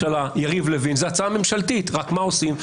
זאת הצעה ממשלתית, רק מה עושים?